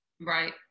Right